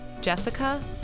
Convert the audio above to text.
Jessica